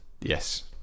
Yes